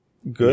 Good